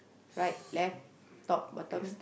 right left top bottom